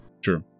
Sure